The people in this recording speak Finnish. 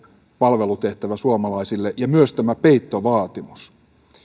palvelutehtävä suomalaisille ja myös tämä peittovaatimus